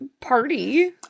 party